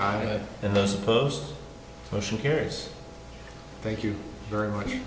i and those opposed pushing piers thank you very much